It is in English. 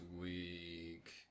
week